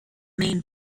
main